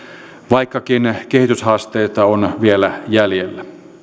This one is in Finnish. vaikkakin kehityshaasteita on vielä jäljellä